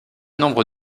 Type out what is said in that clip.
nombre